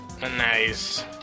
Nice